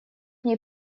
ней